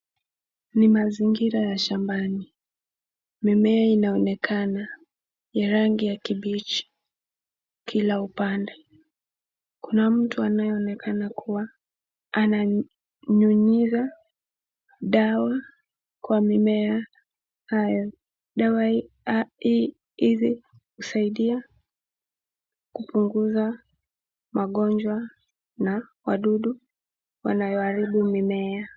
Ni mazingira ya shambani, mimea inaoneya rangi ya kibichi kila upande, kuna mtu anaonekana kuwa ananyunyiza dawa kwa mimea haya, dawa hizi husaidia kupunguza magonjwa na wadudu wanayoharibu mimea.